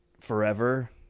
forever